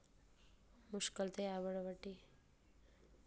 मुश्कल ते ऐ बड़ी बड्डी